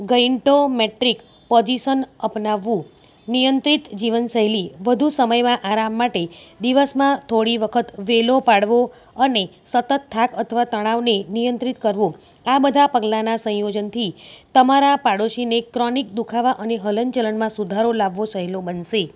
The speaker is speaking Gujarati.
ગઇન્ટો મેટ્રિક્સ પોઝિશન અપનાવવું નિયંત્રિત જીવન શૈલી વધુ સમયમાં આરામ માટે દિવસમાં થોડી વખત વહેલો પાડવો અને સતત થાક અથવા તણાવને નિયંત્રિત કરવું આ બધા પગલાંનાં સંયોજનથી તમારા પાડોશીને ક્રોનિક દુઃખાવા અને હલન ચલનમાં સુધારો લાવવો સહેલો બનશે